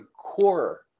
core